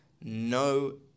no